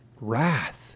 Wrath